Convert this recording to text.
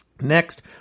Next